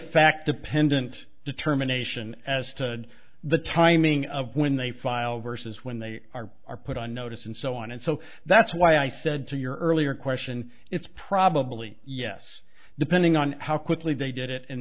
fact dependent determination as to the timing of when they file versus when they are are put on notice and so on and so that's why i said to your earlier question it's probably yes depending on how quickly they did it